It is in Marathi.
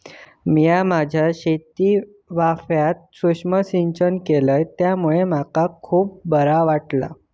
मिया माझ्या शेतीवाफ्यात सुक्ष्म सिंचन केलय त्यामुळे मका खुप बरा वाटला